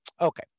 Okay